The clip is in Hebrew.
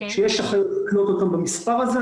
שיש אחיות לקלוט אותם במספר הזה,